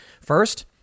First